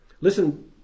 Listen